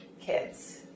kids